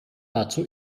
dazu